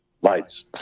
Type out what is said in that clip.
Lights